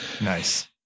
nice